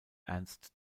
ernst